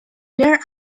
there